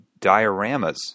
dioramas